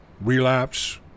relapse